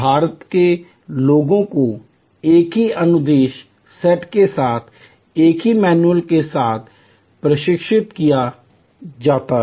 भारत के लोगों को एक ही अनुदेश सेट के साथ एक ही मैनुअल के साथ प्रशिक्षित किया जाता है